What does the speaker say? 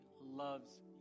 loves